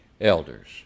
elders